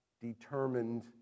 determined